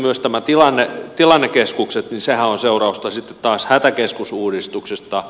myös nämä tilannekeskuksethan ovat seurausta sitten taas hätäkeskusuudistuksesta